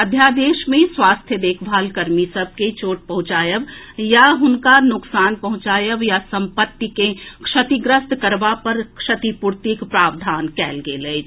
अध्यादेश मे स्वास्थ्य देखभाल कर्मी सभ के चोट पहुंचाएब या हुनका नोकसान पहुंचाएब या संपत्ति के क्षतिग्रस्त करबा पर क्षतिपूर्तिक प्रावधान कएल गेल अछि